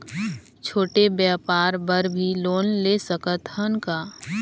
छोटे व्यापार बर भी लोन ले सकत हन का?